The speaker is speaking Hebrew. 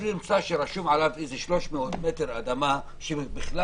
אז הוא ימצא שרשום עליו איזה 300 מטר אדמה שהם בכלל